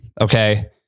Okay